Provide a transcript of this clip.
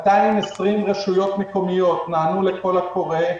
220 רשויות מקומיות נענו לקול הקורא,